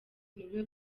niwe